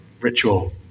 ritual